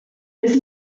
this